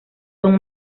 son